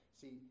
See